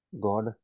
God